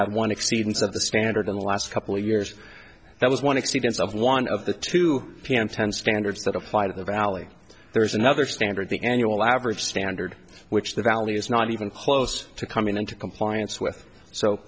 had one exceeds of the standard in the last couple of years that was one experience of one of the two pm ten standards that apply to the valley there's another standard the annual average standard which the valley is not even close to coming into compliance with